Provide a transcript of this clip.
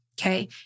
Okay